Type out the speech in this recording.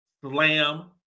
slam